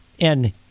And-